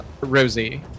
Rosie